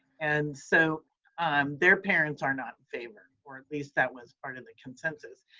and so their parents are not in favor or at least that was part of the consensus.